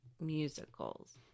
musicals